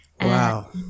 Wow